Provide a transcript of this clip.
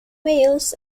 males